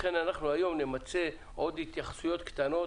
לכן היום נמצה עוד התייחסויות קטנות.